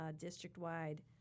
district-wide